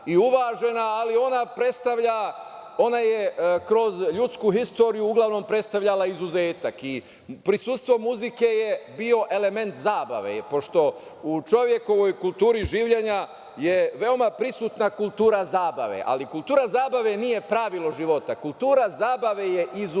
ona je kroz ljudsku istoriju uglavnom predstavljala izuzetak. Prisustvo muzike je bio element zabave pošto u čovekovoj kulturi življenja je veoma prisutna kultura zabave, ali kultura zabave nije pravilo života. Kultura zabave je izuzetak